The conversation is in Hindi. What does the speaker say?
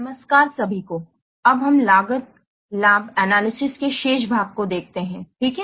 नमस्कार सभी को अब हम लागत लाभ एनालिसिस के शेष भाग को देखते हैं ठीक है